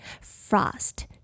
Frost